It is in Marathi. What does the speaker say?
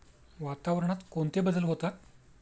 वातावरणात कोणते बदल होतात?